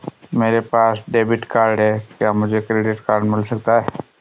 मेरे पास debit card है क्या मुझे क्रेडिट कार्ड भी मिल सकता है?